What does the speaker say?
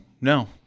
no